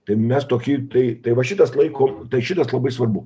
tai mes tokį tai tai va šitas laiko tai šitas labai svarbu